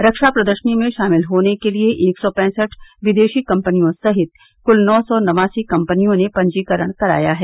रक्षा प्रदर्शनी में शामिल होने के लिये एक सौ पैंसठ विदेशी कम्पनियों सहित कुल नौ सौ नवासी कम्पनियों ने पंजीकरण कराया है